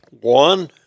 One